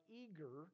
eager